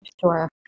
Sure